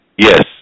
Yes